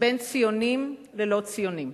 בין ציונים ללא ציונים.